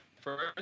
first